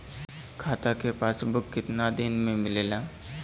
खाता के पासबुक कितना दिन में मिलेला?